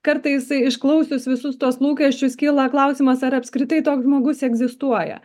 kartais išklausius visus tuos lūkesčius kyla klausimas ar apskritai toks žmogus egzistuoja